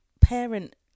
parent